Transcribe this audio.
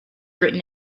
written